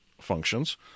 functions